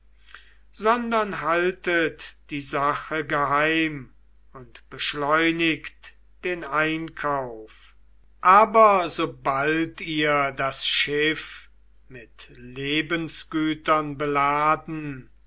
sondern haltet die sache geheim und beschleunigt den einkauf aber sobald ihr das schiff mit lebensgütern beladen